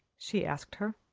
she asked her.